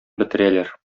бетерәләр